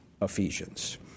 Ephesians